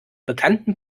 bekannten